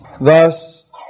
Thus